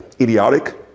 idiotic